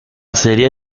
serie